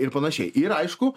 ir panašiai ir aišku